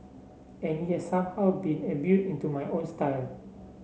and it has somehow been imbued into my own style